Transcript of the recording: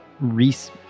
Reese